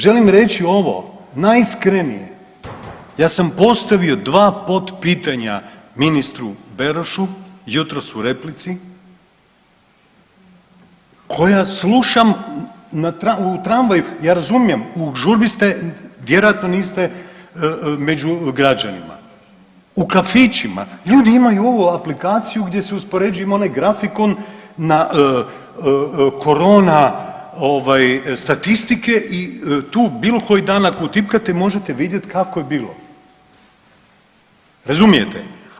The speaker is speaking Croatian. Želim reći ovo, najiskrenije ja sam postavio dva potpitanja ministru Berošu jutros u replici koja slušam u tramvaju, ja razumijem u žurbi ste, vjerojatno niste među građanima, u kafićima, ljudi imaju ovu aplikaciju gdje si uspoređuju ima onaj grafikon na korona ovaj statistike i tu bilo koji dan ako utipkate možete vidjet kako je bilo, razumijete.